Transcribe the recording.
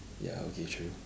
ya okay true